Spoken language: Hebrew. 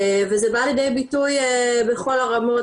וזה בא לידי ביטוי בכל הרמות,